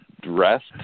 dressed